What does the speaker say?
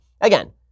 Again